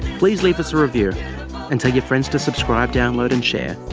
please leave us a review and tell your friends to subscribe, download and share.